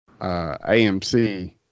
AMC